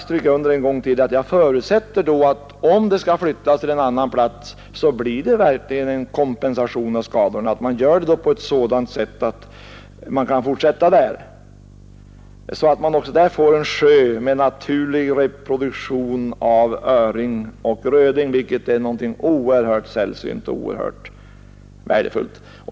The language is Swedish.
Jag vill gärna än en gång understryka att jag förutsätter att det verkligen skall ges kompensation för skadorna om fiskecampen skall flyttas till annan plats, att flyttningen sker på så sätt att man kan fortsätta på ett nytt ställe och att man också där får en sjö med naturlig reproduktion av öring och röding, vilket är något oerhört sällsynt och värdefullt.